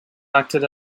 acted